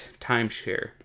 timeshare